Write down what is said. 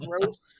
gross